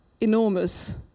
enormous